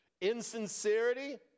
Insincerity